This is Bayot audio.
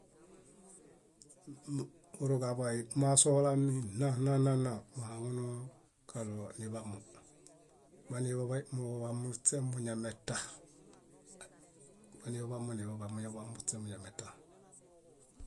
Purġaḃay maasohulami nna nna nna nna, muhaŋunu kaɭo niḃamo. Maniḃaḃay muḃaḃamuśe muñameta, maniḃaḃamoniḃaḃay muḃaḃamuśe muñameta.